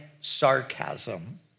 sarcasm